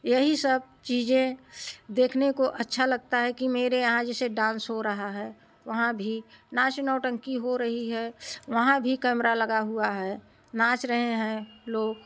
यही सब चीजें देखने को अच्छा लगता है कि मेरे यहाँ जैसे डाँस हो रहा है वहाँ भी नाच नौटँकी हो रही है वहाँ भी कैमरा लगा हुआ है नाच रहे हैं लोग